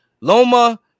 Loma